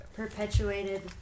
Perpetuated